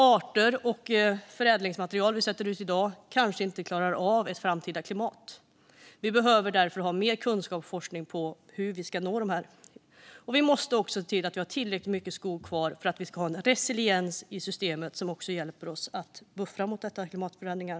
Arter och förädlingsmaterial som vi sätter ut i dag kanske inte klarar av ett framtida klimat. Vi behöver därför ha mer kunskap och forskning om hur vi ska nå målen. Vi måste också se till att vi har tillräckligt mycket skog kvar för att vi ska ha en resiliens i systemet som hjälper oss att buffra mot klimatförändringar.